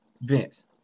Vince